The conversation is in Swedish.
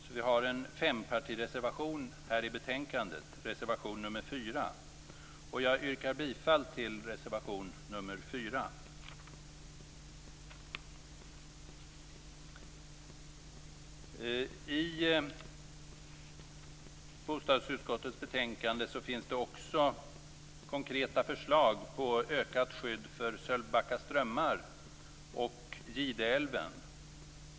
Vi har alltså en fempartireservation i betänkande, nämligen reservation nr 4. Jag yrkar bifall till reservation nr 4. I bostadsutskottets betänkande finns det också konkreta förslag på ökat skydd för Sölvbacka strömmar och Gideälven.